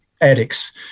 addicts